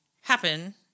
happen